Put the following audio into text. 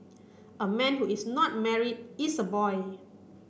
a man who is not married is a boy